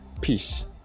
peace